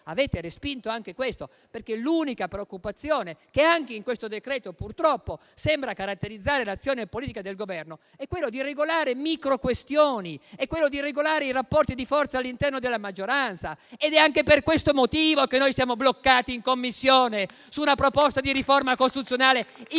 Avete respinto anche questo, perché l'unica preoccupazione che anche in questo decreto, purtroppo, sembra caratterizzare l'azione politica del Governo è regolare micro-questioni, regolare i rapporti di forza all'interno della maggioranza. Ed è anche per questo motivo che noi siamo bloccati in Commissione su una proposta di riforma costituzionale insensata